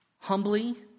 humbly